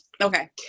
Okay